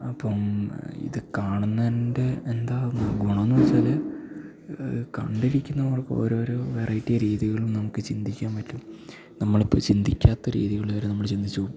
അപ്പം ഇത് കാണുന്നതിന്റെ എന്താ ഗുണോന്ന് വെച്ചാൽ കണ്ടിരിക്കുന്നവർക്ക് ഓരോരോ വെറൈറ്റി രീതികൾ നമുക്ക് ചിന്തിക്കാൻ പറ്റും നമ്മൾ ഇപ്പം ചിന്തിക്കാത്തൊരു രീതികളിൽ വരെ നമ്മൾ ചിന്തിച്ച് പോവും